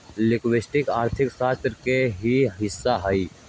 liquidity अर्थशास्त्र के ही हिस्सा हई